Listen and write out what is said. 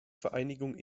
vereinigung